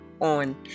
on